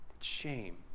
Shame